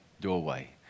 doorway